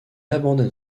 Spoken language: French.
abandonne